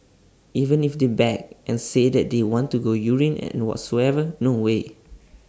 even if they beg and say that they want to go urine and whatsoever no way